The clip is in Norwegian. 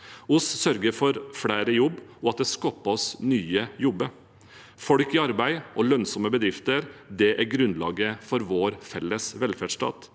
Vi sørger for at flere er i jobb, og at det skapes nye jobber. Folk i arbeid og lønnsomme bedrifter er grunnlaget for vår felles velferdsstat.